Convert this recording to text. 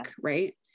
right